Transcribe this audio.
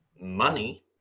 money